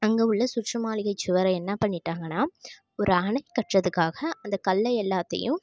அங்கே உள்ள சுற்று மாளிகை சுவரை என்ன பண்ணிட்டாங்கனா ஒரு அணை கட்டுறதுக்காக அந்த கல்லை எல்லாத்தையும்